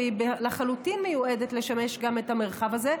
והיא לחלוטין מיועדת לשמש גם את המרחב הזה,